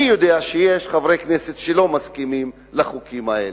יש חברי כנסת שלא מסכימים לחוקים האלה.